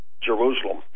Jerusalem